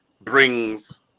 brings